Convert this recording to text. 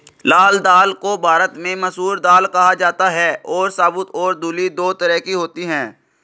लाल दाल को भारत में मसूर दाल कहा जाता है और साबूत और धुली दो तरह की होती है